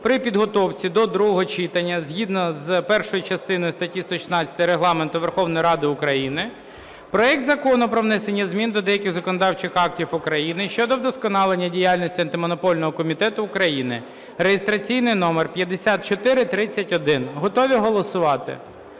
при підготовці до другого читання згідно з першою частиною статті 116 Регламенту Верховної Ради України проект Закону про внесення змін до деяких законодавчих актів України щодо вдосконалення діяльності Антимонопольного комітету України (реєстраційний номер 5431). Готові голосувати?